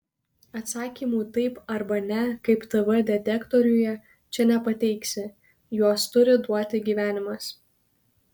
atsakymų taip arba ne kaip tv detektoriuje čia nepateiksi juos turi duoti gyvenimas